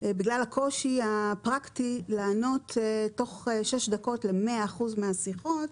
בגלל הקושי הפרקטי לענות תוך שש דקות ל-100% מהשיחות,